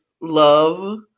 love